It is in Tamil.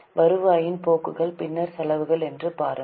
வருவாயின் போக்குகள் பின்னர் செலவுகள் என்று பாருங்கள்